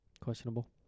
Questionable